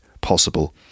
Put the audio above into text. possible